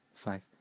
Five